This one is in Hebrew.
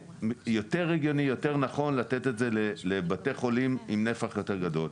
יותר הגיוני ויותר נכון לתת את זה לבתי חולים עם נפח יותר גדול.